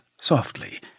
softly